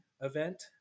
event